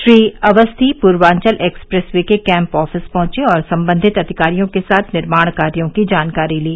Shri Awasthi Purvanchal express way के camp office पहुंचे और सम्बन्धित अधिकारियों के साथ निर्माण कार्यो की जानकारी ली